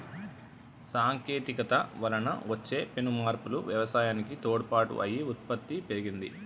సాంకేతికత వలన వచ్చే పెను మార్పులు వ్యవసాయానికి తోడ్పాటు అయి ఉత్పత్తి పెరిగింది